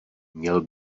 měl